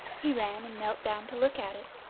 he ran and knelt down to look at it.